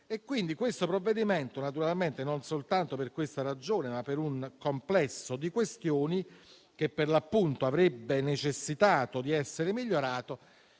noi. Questo provvedimento, naturalmente non soltanto per questa ragione, ma per un complesso di questioni, avrebbe quindi necessitato di essere migliorato,